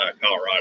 Colorado